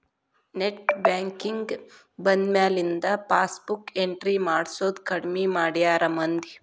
net banking ಬಂದ್ಮ್ಯಾಲಿಂದ passbook entry ಮಾಡ್ಸೋದ್ ಕಡ್ಮಿ ಮಾಡ್ಯಾರ ಮಂದಿ